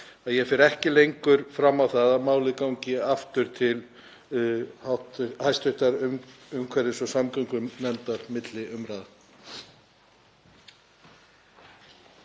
ég fer ekki lengur fram á það að málið gangi aftur til hv. umhverfis- og samgöngunefndar milli umræðna.